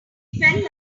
felt